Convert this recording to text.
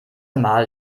mal